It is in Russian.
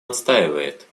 отстаивает